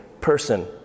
person